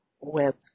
web